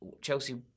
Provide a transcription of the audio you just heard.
Chelsea